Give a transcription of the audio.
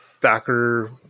Docker